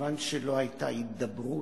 מכיוון שלא היתה הידברות,